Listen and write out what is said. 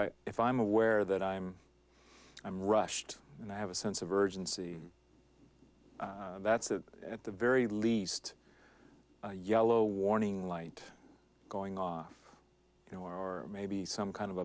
i if i am aware that i'm i'm rushed and i have a sense of urgency that's that at the very least yellow warning light going off you know or maybe some kind of